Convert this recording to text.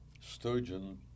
Sturgeon